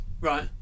Right